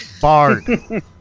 Bard